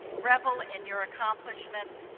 revel in your accomplishments.